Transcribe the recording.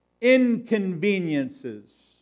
inconveniences